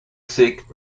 sick